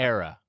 Era